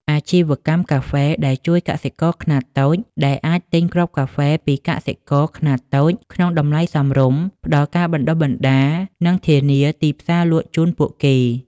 អាជីវកម្មកាហ្វេដែលជួយកសិករខ្នាតតូច ដែលអាចទិញគ្រាប់កាហ្វេពីកសិករខ្នាតតូចក្នុងតម្លៃសមរម្យ ផ្តល់ការបណ្តុះបណ្តាល និងធានាទីផ្សារលក់ជូនពួកគេ។